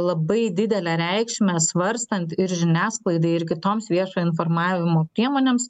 labai didelę reikšmę svarstant ir žiniasklaidai ir kitoms viešojo informavimo priemonėms